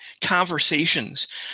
Conversations